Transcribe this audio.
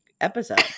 episode